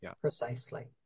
Precisely